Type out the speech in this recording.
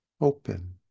open